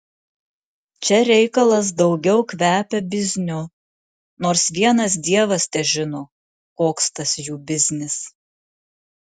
čia reikalas daugiau kvepia bizniu nors vienas dievas težino koks tas jų biznis